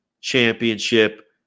championship